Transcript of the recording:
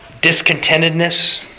discontentedness